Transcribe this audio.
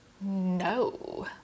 No